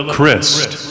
Christ